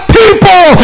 people